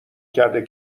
کرده